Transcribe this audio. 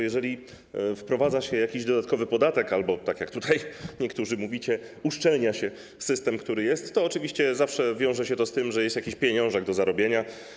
Jeżeli wprowadza się jakiś dodatkowy podatek albo, tak jak tutaj niektórzy mówicie, uszczelnia się system, który już jest, to oczywiście zawsze wiąże się to z tym, że jest jakiś pieniążek do zarobienia.